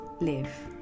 live